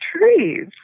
trees